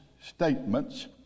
statements